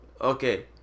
Okay